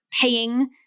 paying